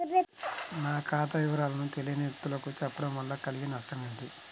నా ఖాతా వివరాలను తెలియని వ్యక్తులకు చెప్పడం వల్ల కలిగే నష్టమేంటి?